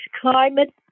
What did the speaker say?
climate